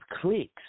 clicks